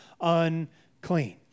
unclean